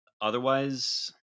Otherwise